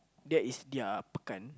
that is their pekan